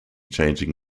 changing